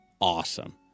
awesome